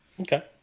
okay